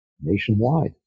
nationwide